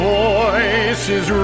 voices